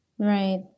Right